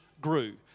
grew